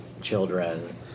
children